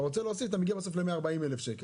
אתה רוצה להוסיף, אתה מגיע בסוף ל-140,000 שקל.